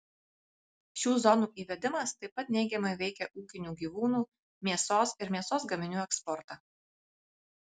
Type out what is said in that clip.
šių zonų įvedimas taip pat neigiamai veikia ūkinių gyvūnų mėsos ir mėsos gaminių eksportą